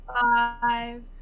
Five